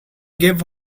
gave